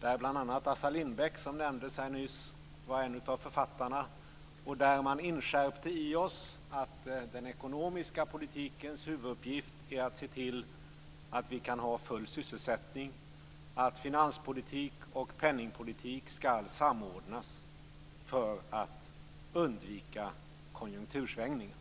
till vilka Assar Lindbeck, som nämndes här nyss, var en av författarna. Vi inskärptes att den ekonomiska politikens huvuduppgift är att se till att vi kan ha full sysselsättning och att finanspolitik och penningpolitik skall samordnas för att undvika konjunktursvängningar.